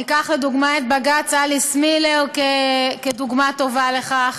וניקח את בג"ץ אליס מילר כדוגמה טובה לכך.